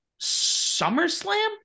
SummerSlam